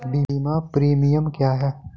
बीमा प्रीमियम क्या है?